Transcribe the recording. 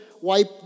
wipe